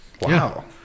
Wow